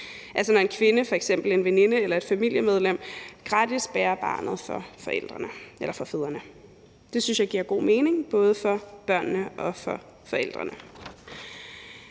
altså når en kvinde, f.eks. en veninde eller et familiemedlem, gratis bærer barnet for fædrene. Det synes jeg giver god mening, både for børnene og for forældrene.